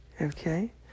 Okay